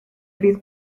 fydd